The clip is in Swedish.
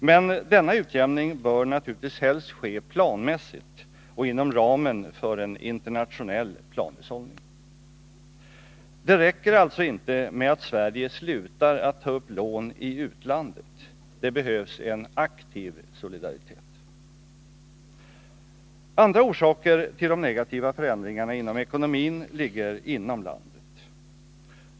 Men denna utjämning bör naturligtvis helst ske planmässigt och inom ramen för en internationell planhushållning. Det räcker alltså inte med att Sverige slutar att ta upp lån i utlandet. Det behövs en aktiv solidaritet. Andra orsaker till de negativa förändringarna inom ekonomin ligger inom landet.